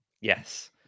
Yes